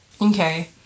Okay